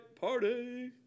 Party